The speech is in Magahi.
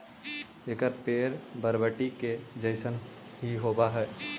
एकर पेड़ बरबटी के जईसन हीं होब हई